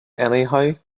anyhow